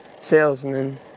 salesman